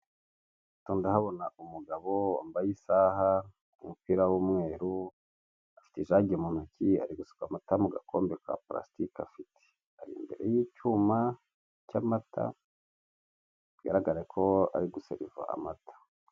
Aha ndahabona umugabo wambaye isaha umupira w'umweru, afite ijage mu ntoki ari gusuka amata mu gakombe ka purastike afite. Ari imbere y'icyuma cy'amata, bigaragara ko ari guseriva amata.